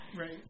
Right